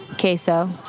queso